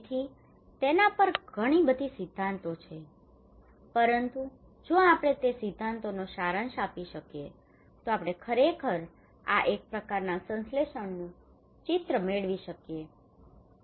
તેથી તેના પર ઘણી બધી સિદ્ધાંતો છે પરંતુ જો આપણે તે સિદ્ધાંતોનો સારાંશ આપી શકીએ તો આપણે ખરેખર આ એક પ્રકારનાં સંશ્લેષણનું ચિત્ર મેળવી શકીએ છીએ